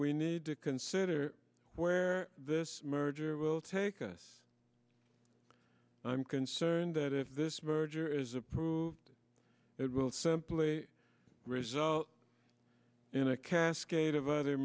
we need to consider where this merger will take us i'm concerned that if this merger is approved it will simply result in a cascade of other